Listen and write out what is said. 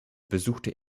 besuchte